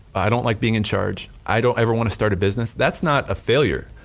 i don't like being in charge, i don't ever wanna start a business, that's not a failure,